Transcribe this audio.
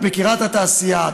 את מכירה את התעשייה,